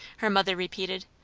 her mother repeated.